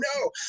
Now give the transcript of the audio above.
no